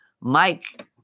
Mike